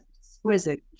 exquisite